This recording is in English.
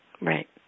Right